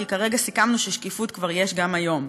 כי כרגע סיכמנו ששקיפות כבר יש גם היום.